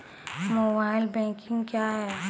Mobile banking क्या हैं?